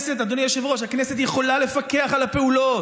אדוני היושב-ראש, הכנסת יכולה לפקח על הפעולות.